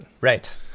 Right